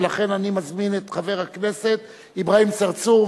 ולכן אני מזמין את חבר הכנסת אברהים צרצור,